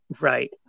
Right